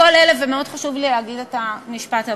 מאוד חשוב לי להגיד את המשפט הבא: